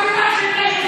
חברת הכנסת בן ארי,